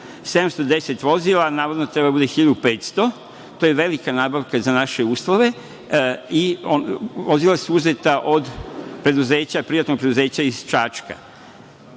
710 vozila, a navodno treba da bude 1.500. To je velika nabavka za naše uslove. Vozila su uzeta od privatnog preduzeća iz Čačka.